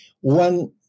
one